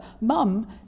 mum